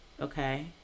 okay